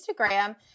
Instagram